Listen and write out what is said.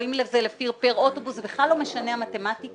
או אם זה פר אוטובוס, זה בכלל לא משנה המתמטיקה.